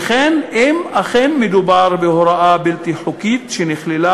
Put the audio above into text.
שכן אם אכן מדובר בהוראה בלתי חוקית שנכללה